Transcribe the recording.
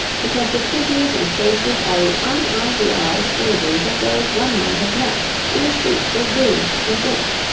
because the figures and faces are the unidealized images of those one might have met in the streets of bruges and ghent.